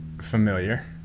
Familiar